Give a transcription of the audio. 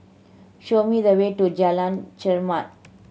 show me the way to Jalan Chermat